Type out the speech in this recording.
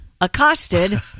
Accosted